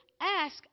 ask